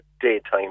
daytime